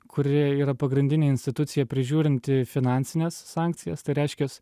kuri yra pagrindinė institucija prižiūrinti finansines sankcijas tai reiškias